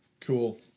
Cool